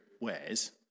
wears